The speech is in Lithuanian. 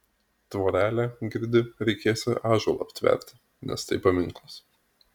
tvorelę girdi reikėsią ąžuolą aptverti nes tai paminklas